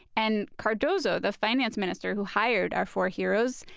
and cardoso, the finance minister who hired our four heroes,